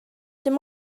dim